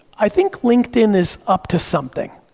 i think linkedin is up to something